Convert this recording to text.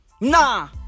Nah